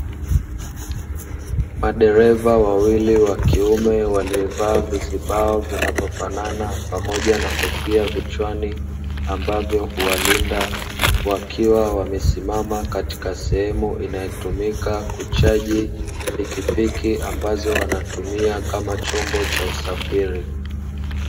Madereva wawili wa kiume waliovaa vizibao vinavofanana, pamoja na kofia ya vichwani. Ambavyo huwalinda wakiwa wamesimama katika sehemu inayotumika kuchaji pikipiki, ambazo wanatumia kama chombo cha usafiri.